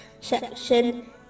section